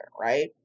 right